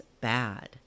bad